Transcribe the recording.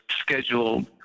scheduled